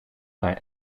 haar